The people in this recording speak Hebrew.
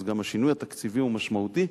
אז גם השינוי התקציבי הוא משמעותי,